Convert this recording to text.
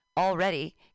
Already